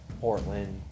Portland